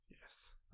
Yes